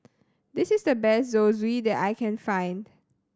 this is the best Zosui that I can find